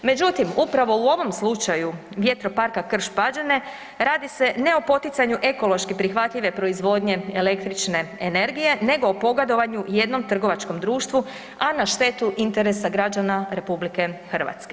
Međutim, upravo u ovom slučaju vjetroparka Krš-Pađene radi se, ne o poticanju ekološki prihvatljive proizvodnje električne energije nego o pogodovanju jednom trgovačkom društvu, a na štetu interesa građana RH.